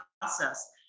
process